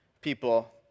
people